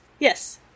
Yes